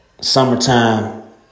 Summertime